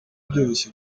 byoroshye